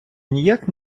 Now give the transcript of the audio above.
ніяк